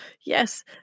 yes